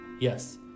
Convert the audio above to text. Yes